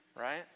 right